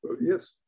yes